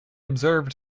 observed